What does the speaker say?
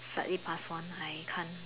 slightly past one I can't